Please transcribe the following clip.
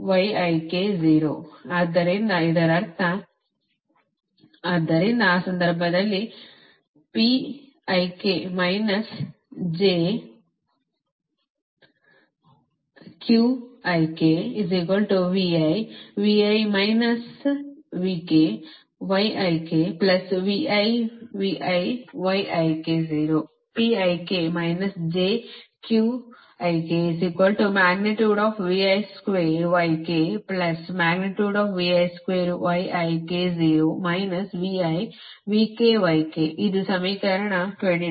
ಆದ್ದರಿಂದ ಇದರರ್ಥ ಆದ್ದರಿಂದ ಆ ಸಂದರ್ಭದಲ್ಲಿ ಇದು ಸಮೀಕರಣ 29